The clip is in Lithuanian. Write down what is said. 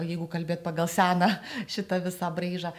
jeigu kalbėt pagal seną šitą visą braižą